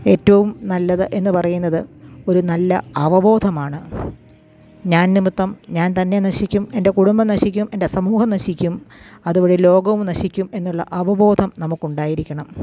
ഏറ്റവും നല്ലത് എന്നു പറയുന്നത് ഒരു നല്ല അവബോധമാണ് ഞാൻ നിമിത്തം ഞാൻ തന്നെ നശിക്കും എൻ്റെ കുടുംബം നശിക്കും എൻ്റെ സമൂഹം നശിക്കും അതുവഴി ലോകവും നശിക്കും എന്നുള്ള അവബോധം നമുക്കുണ്ടായിരിക്കണം